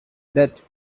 that